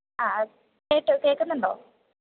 ആ കേട്ടോ കേൾക്കുന്നുണ്ടോ